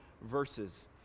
verses